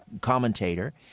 commentator